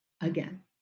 again